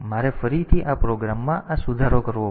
તેથી મારે ફરીથી આ પ્રોગ્રામમાં આ સુધારો કરવો પડશે